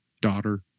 daughter